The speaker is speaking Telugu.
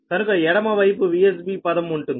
కనక ఎడమవైపు VsB పదం ఉంటుంది